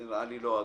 זה נראה לי לא הגון.